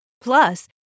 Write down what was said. Plus